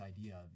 idea